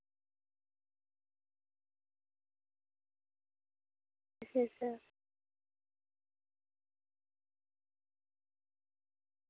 अच्छा अच्छा